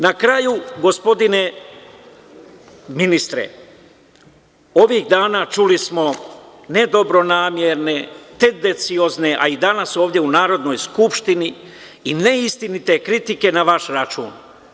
Na kraju, gospodine ministre, ovih dana čuli smo nedobronamerne, tendenciozne a i danas ovde u Narodnoj skupštini i neistinite kritike na vaš račun.